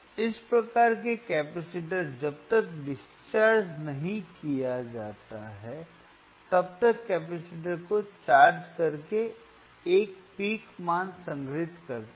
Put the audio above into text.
इस प्रकार के कैपेसिटर जब तक डिस्चार्ज नहीं किया जाता है तब तक कैपेसिटर को चार्ज करके एक पीक मान संग्रहीत करता है